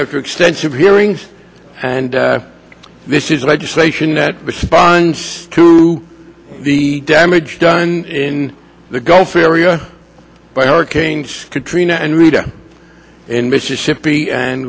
after extensive hearings and this is legislation that responds to the damage done in the gulf area by hurricanes katrina and rita and mississippi and